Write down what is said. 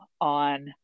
on